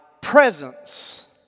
presence